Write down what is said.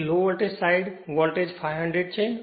તેથી low voltage સાઈડની voltage 500 છે